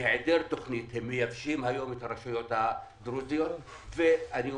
בהיעדר תוכנית הם מייבשים היום את הרשויות הדרוזיות ואני אומר: